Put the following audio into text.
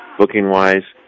booking-wise